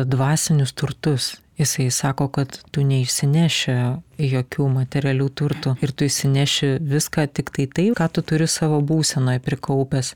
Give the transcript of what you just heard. dvasinius turtus jisai sako kad tu ne išsineši jokių materialių turtų ir tu išsineši viską tiktai tai ką tu turi savo būsenoj prikaupęs